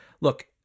look